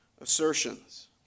assertions